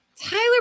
Tyler